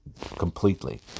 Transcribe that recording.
completely